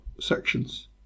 sections